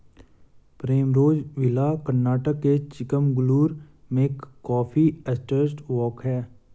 Primrose Villa Karnataka के चिकमगलूर में coffee estate walk हैं